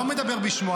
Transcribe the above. לא מדבר בשמו.